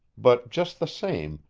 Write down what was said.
but just the same,